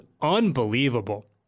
unbelievable